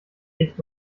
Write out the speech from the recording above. echt